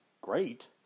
great